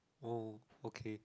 oh okay